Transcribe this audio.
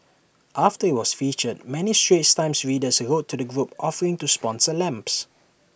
after IT was featured many straits times readers wrote to the group offering to sponsor lamps